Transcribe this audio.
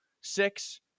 six